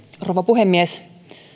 rouva puhemies